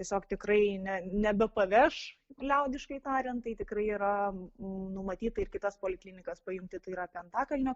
tiesiog tikrai ne nebepaveš liaudiškai tariant tai tikrai yra numatyta ir kitas poliklinikas paimti tai yra antakalnio